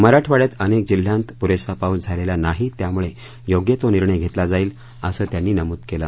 मराठवाड्यात अनेक जिल्ह्यांत पुरेसा पाऊस झालेला नाही त्यामुळे योग्य तो निर्णय घेतला जाईल असं त्यांनी नमूद केलं